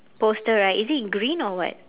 poster right is in in green or what